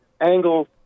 angle